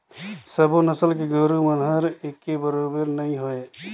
सबो नसल के गोरु मन हर एके बरोबेर नई होय